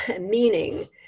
meaning